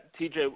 TJ